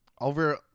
over